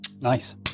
Nice